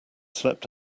slept